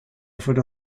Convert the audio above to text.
offered